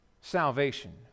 salvation